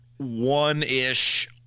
one-ish